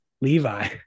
Levi